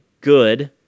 good